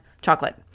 chocolate